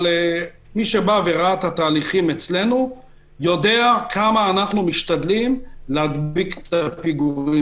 מי שראה את התהליכים אצלנו יודע כמה אנחנו משתדלים להדביק את הפיגור.